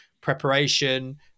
preparation